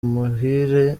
muhire